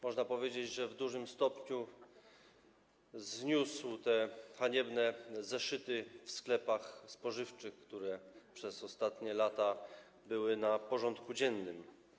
Można powiedzieć, że w dużym stopniu zniósł te haniebne zeszyty w sklepach spożywczych, które przez ostatnie lata były na porządku dziennym.